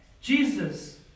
Jesus